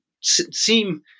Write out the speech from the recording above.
seem